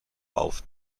auf